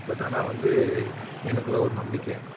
but ஆனால் வந்து எனக்குள்ள ஒரு நம்பிக்கை